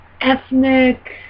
Ethnic